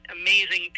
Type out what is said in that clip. amazing